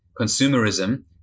Consumerism